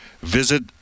visit